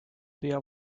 püüa